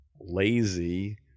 lazy